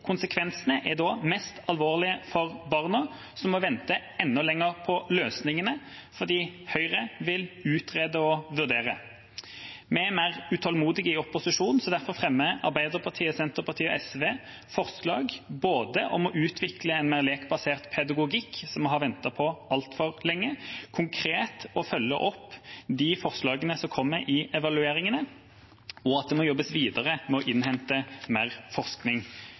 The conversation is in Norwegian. Konsekvensene er da mest alvorlig for barna, som må vente enda lenger på løsningene, fordi Høyre vil utrede og vurdere. Vi i opposisjonen er mer utålmodige. Derfor fremmer Arbeiderpartiet, Senterpartiet og SV forslag både om å utvikle en mer lekbasert pedagogikk, som vi har ventet på altfor lenge, konkret å følge opp de forslagene som kommer i evalueringene, og at det må jobbes videre med å innhente mer forskning.